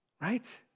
Right